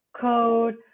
code